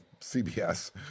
CBS